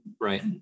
right